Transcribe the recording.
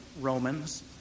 Romans